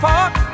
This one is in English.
Park